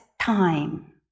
time